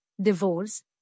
divorce